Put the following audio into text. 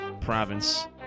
province